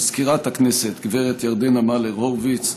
מזכירת הכנסת גברת ירדנה מלר-הורוביץ,